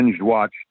watched